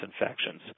infections